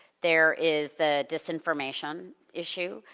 there is the disinformation issue.